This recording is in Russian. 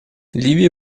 ливия